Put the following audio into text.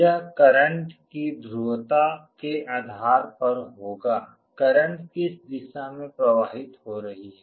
यह करंट की ध्रुवता के आधार पर होगा करंट किस दिशा में प्रवाहित हो रही है